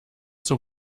zum